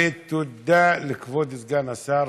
ותודה לכבוד סגן השר,